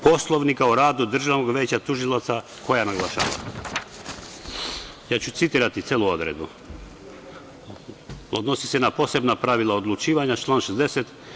Poslovnika o radu Državnog veća tužilaca koja naglašava, citiraću celu odredbu, odnosi se na posebna pravila odlučivanja, član 60.